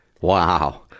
Wow